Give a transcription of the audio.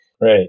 Right